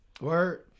Word